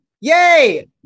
yay